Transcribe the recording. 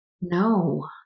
no